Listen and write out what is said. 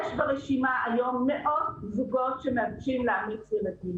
יש ברשימה היום מאות זוגות שמחכים לאמץ ילדים.